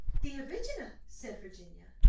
the original! said virginia.